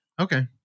Okay